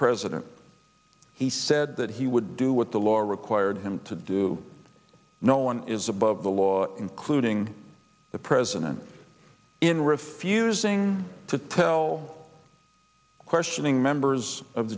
president he said that he would do what the law required him to do no one is above the law including the president in refusing to tell questioning members of